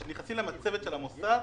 כשנכנסים למצבת של המוסד,